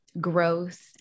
growth